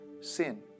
sin